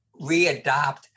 readopt